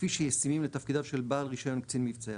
כפי שישימים לתפקידיו של בעל רישיון קצין מבצעי